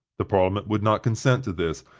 the parliament would not consent to this,